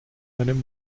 einem